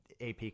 AP